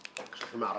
יש לכם הערכה?